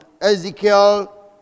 Ezekiel